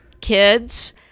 kids